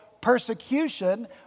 persecution